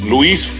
Luis